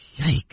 Yikes